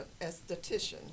esthetician